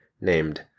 named